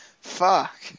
fuck